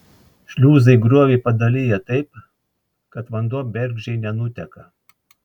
šliuzai griovį padalija taip kad vanduo bergždžiai nenuteka